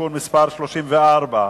(תיקון מס' 34)